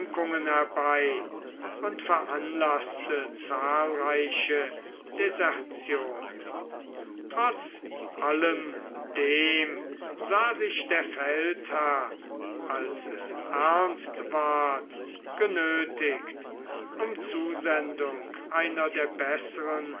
herbei und veranlaßte zahlreiche desertionen trotz allem dem sah sich der feldherr als es ernst ward genötigt um zusendung einer der besseren